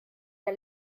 der